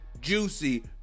juicy